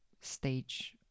stage